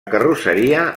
carrosseria